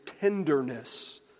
tenderness